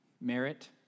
merit